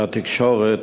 מהתקשורת,